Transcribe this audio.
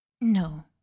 No